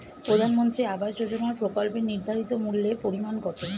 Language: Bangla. প্রধানমন্ত্রী আবাস যোজনার প্রকল্পের নির্ধারিত মূল্যে পরিমাণ কত?